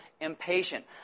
impatient